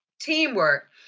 teamwork